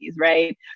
right